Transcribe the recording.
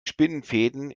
spinnenfäden